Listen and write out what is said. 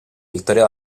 victòria